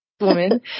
woman